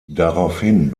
daraufhin